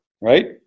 right